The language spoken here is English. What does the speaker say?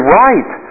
right